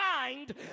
mind